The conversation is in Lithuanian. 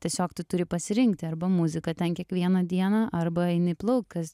tiesiog tu turi pasirinkti arba muziką ten kiekvieną dieną arba eini plaukt kas